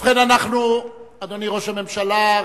אדוני ראש הממשלה,